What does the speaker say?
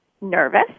nervous